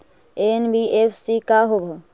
NBFC का होब?